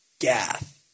Gath